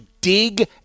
dig